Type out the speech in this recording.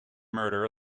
murder